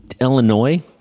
Illinois